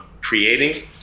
creating